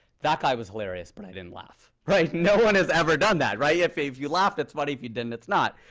that guy was hilarious, but i didn't laugh. right? no one has ever done that, right? yeah if if you laughed, it's funny. if you didn't, it's not.